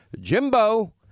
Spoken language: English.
Jimbo